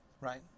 right